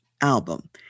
album